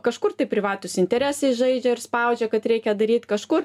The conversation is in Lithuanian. kažkur tai privatūs interesai žaidžia ir spaudžia kad reikia daryt kažkur